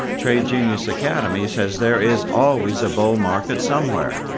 trade genius academy says there is always a bull market somewhere.